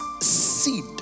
seed